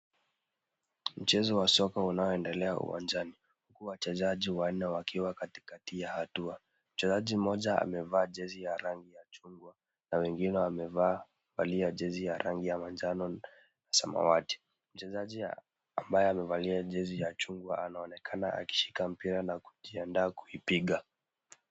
Mchezo wa soka unaoendelea uwanjani huku wachezaji wanne wakiwa katikati ya hatua. Mchezaji mmoja amevaa jezi ya rangi ya chungwa na wengine wamevalia jezi ya rangi ya manjano na samawati. Mchezaji ambaye amevalia jezi ya chungwa anaonekana akishika mpira na kujiandaa kuipiga.